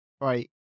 right